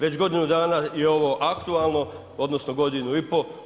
Već godinu dana je ovo aktualno, odnosno godinu i pol.